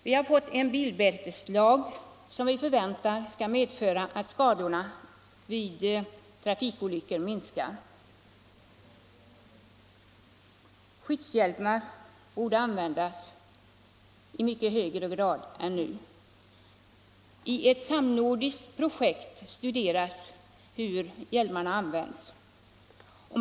Vi har fått en bilbälteslag som vi förväntar skall medföra att skadorna vid trafikolyckor minskar. Skyddshjälmar borde användas i mycket större utsträckning än nu. I ett samnordiskt projekt studerar man hur hjälmarna används.